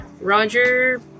Roger